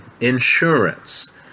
insurance